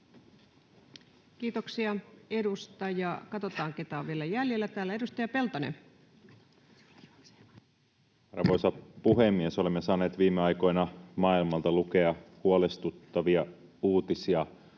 Kiitoksia. — Katsotaan, keitä on vielä jäljellä täällä. — Edustaja Peltonen. Arvoisa puhemies! Olemme saaneet viime aikoina maailmalta lukea huolestuttavia uutisia